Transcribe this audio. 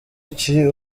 iki